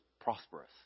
prosperous